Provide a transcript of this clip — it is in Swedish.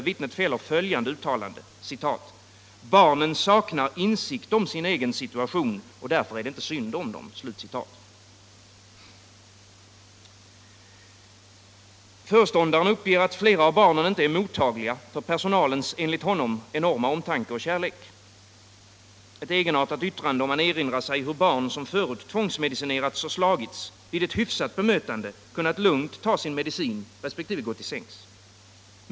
Vittnet gör följande uttalande: ”Barnen saknar insikt om sin egen situation och därför är det inte synd om dem.” Föreståndaren uppger att flera av barnen inte är mottagliga för personalens enligt honom enorma omtanke och kärlek — ett egenartat yttrande om man erinrar sig hur barn som förut tvångsmedicinerats och slagits vid ett hyfsat bemötande kunnat lugnt ta sin medicin resp. gå till sängs.